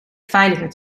veiliger